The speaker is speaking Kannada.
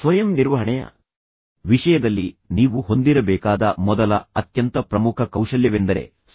ಸ್ವಯಂ ನಿರ್ವಹಣೆಯ ವಿಷಯದಲ್ಲಿ ನೀವು ಹೊಂದಿರಬೇಕಾದ ಮೊದಲ ಅತ್ಯಂತ ಪ್ರಮುಖ ಕೌಶಲ್ಯವೆಂದರೆ ಸ್ವಯಂ ಅರಿವು